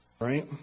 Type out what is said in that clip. Right